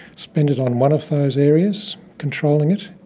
spend it on one of those areas, controlling it,